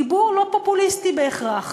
דיבור לא פופוליסטי בהכרח.